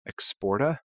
exporta